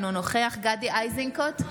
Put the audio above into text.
אינו נוכח גדי איזנקוט,